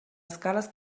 escales